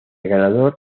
ganador